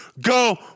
Go